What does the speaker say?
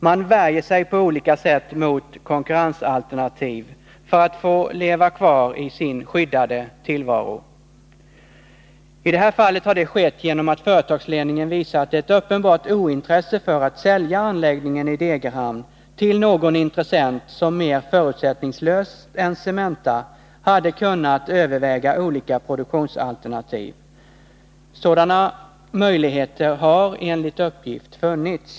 Man värjer sig på olika sätt mot konkurrensalternativen för att få leva kvar i sin skyddade tillvaro. I det här fallet har det skett genom att företagsledningen visat ett uppenbart ointresse för att sälja anläggningen i Degerhamn till någon intressent, som mer förutsättningslöst än Cementa hade kunnat överväga olika produktionsalternativ. Sådana möjligheter har enligt uppgift funnits.